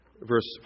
Verse